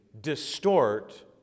distort